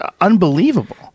unbelievable